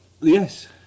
Yes